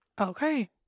Okay